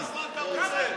כמה זמן אתה רוצה?